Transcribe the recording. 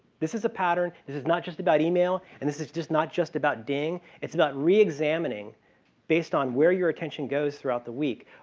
this is a pattern. this is not just about email. and this is just not just about ding. it's about reexamining based on where your attention goes throughout the week,